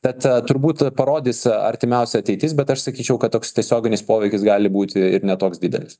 tad turbūt parodys artimiausia ateitis bet aš sakyčiau kad toks tiesioginis poveikis gali būti ir ne toks didelis